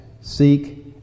seek